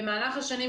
במהלך השנים,